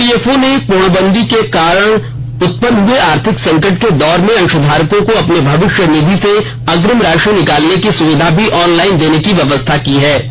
EPFO ने पूर्णबंदी के कारण उत्पन्न हुए आर्थिक संकट के दौर में अंशधारकों को अपनी भविष्य निधि से अग्निम राशि निकालने की सुविधा भी ऑनलाइन देने की व्यवस्था की है